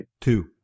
Two